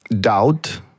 doubt